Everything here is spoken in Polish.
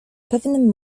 pewnym